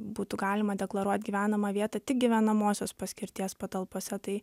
būtų galima deklaruot gyvenamą vietą tik gyvenamosios paskirties patalpose tai